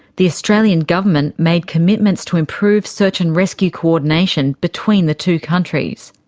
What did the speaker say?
the australian government made commitments to improve search and rescue coordination between the two countries.